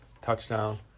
touchdown